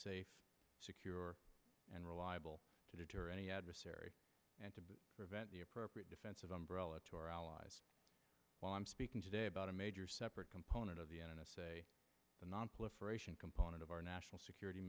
safe secure and reliable to deter any adversary and to prevent the appropriate defensive umbrella to our allies while i'm speaking today about a major separate component of the n s a the nonproliferation component of our national security